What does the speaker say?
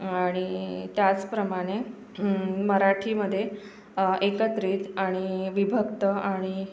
आणि त्याचप्रमाणे मराठीमध्ये एकत्रित आणि विभक्त आणि